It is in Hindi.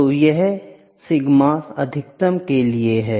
तो यह सिग्मा अधिकतम के लिए है